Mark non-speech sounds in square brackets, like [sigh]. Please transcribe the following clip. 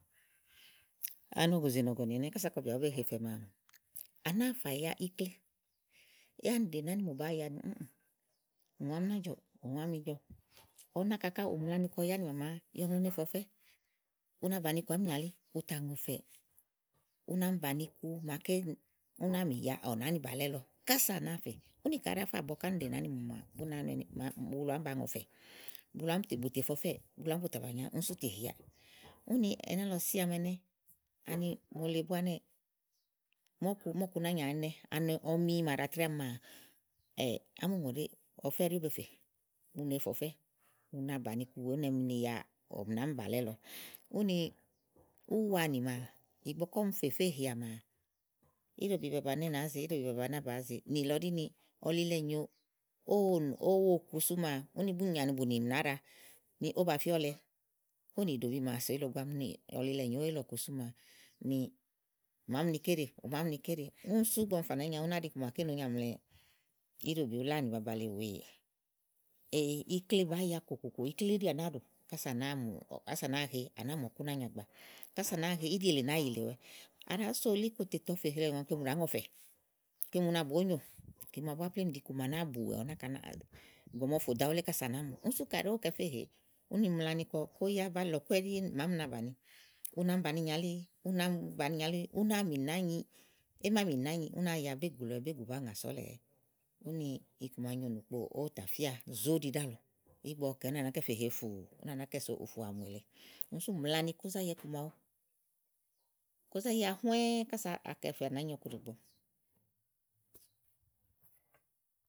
Ani ògòzè nì ɔ̀gɔ̀nì ɛnɛ́ɛ̀ kasa kɔ bìà bú be he fɛ maa à nàáa fà ya ikle yá ánìmo nàánɖe bàáa fa ya nì óoò. ùŋò ná jɔ̀ɔ̀, ùŋò àámi ìí jɔ, ɔwɔ náka ká ù mla ni kɔ yá ni màmáá. u ne fè ɔfɛ́, u na bàni iku àá miìnya ùtà ŋɔ̀ ɔ̀fɛ́ɛ̀, u na mi bàni iku màaké ú náa mì ya ɔ̀wɔ̀ nàánì bàlɛ́ lɔ. kasa ànàáa fɛà fɛà, úni kàɖi à fa bɔ̀ɔ kɔ áànɖe nàánìmo maa bú náa nɔni bulu àámi bù tà ŋɔ̀fɛ̀ɛ bulu àámi bù tè fè ɔfɛ́ɛ̀. bulu àámi bù tà bàní kíàmi ni kíami úni sú tè heàà. úni ɛnɛ́lɔ síã àámi ɛnɛ́ áni mòole búá ɛnɛ́ɛ̀ mɔku, mɔ́ɔ̀kú nányia àánɛ. ɔmi màa ɖàa trɛ́ɛ ámi maa [hesitation] ámùŋòɖèé ɔfɛ́ ɛɖi ówò be fè. u ne fè ɔfɛ́ u na bàni iku wèe ú ne ni ya ɔ̀mì nì ámìbàlɛ̀ lɔ úni waanì maa ìgbè màaké ɔmi fè heà maa íɖòbi baba ni áwá bàáá ze íɖòbi baba áwá bàáá ze úni ɔlilɛ nyòo ówo ku sú maa ùni úni nyì aní bù nìmì nàáɖa ni ówó ba fíɔlɛ. ówò nìɖòbi màa sò. Ogo ámi ɔlilɛ nyòoówó ílɔ̀ku sú maa ni màámi ni kéɖè, màámi ni kéɖè úni sú ígbɔ ɔmi fà nàányi awu ú ná ɖi iku maké nyaà mlɛɛ, íɖòbi lánì baba le wèeè. [hesitation] bàáa ya kòkòkò ikle éɖi à nàáa ɖò ása à nàáa mù, ása à nàáa he à nàáa mù ɔkúnányia gbàa, ása à nàáa he íɖièle nàáa yìlèwɛ. kàɖi àá so elí kòlè ɔwɔ fè he yɔ ɔ̀ŋlɔ kem ù ɖàá ŋɔ ɔ̀fɛ̀, kem u na bù ónyò kìmàɖu búá plémú ɖìi iku ma à náa bù ɔwɔ náka nàáa, ìgbè màa ɔwɔ fò dò aɖu wulé ása à nàáa mù. úni sú kaɖi ówò òó kɛ fé hèe, úni mla ni kó yá bá lɔ̀ku ɛ́ɛɖí màámi na mi bàni ìnyalíi u na mi bàni ìnyalíi ú náa mì nàányi é màa mì nàányi ú náa ya bégù lɔɔwɛ bégù bàáa ŋà so ɔ̀lɛ̀ɛ, úni iku ma nyo ìnùkpo ówò tà fíà zóɖi ɖálɔ̀ɔ. ígbɔ ɔwɔ kɛ̀ úni à nàá kɛ fè he fùú úni à nàá kɛ sòo úfù àmù èle úni sú ù mla ni kó zá ya iku màawu. kó zá ya nũɛ̃ɛ̃ ása akɛ fa nàányi ɔkuɖìi gbo.